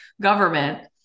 government